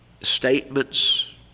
statements